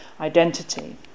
identity